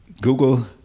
Google